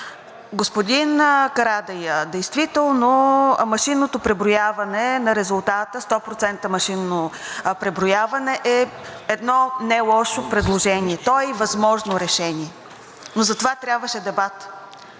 Господин Карадайъ, действително машинното преброяване на резултата – 100% машинно преброяване, е едно нелошо предложение, то е и възможно решение, но за това трябваше дебат